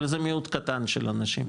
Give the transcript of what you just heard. אבל זה מיעוט קטן של אנשים.